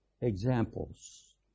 examples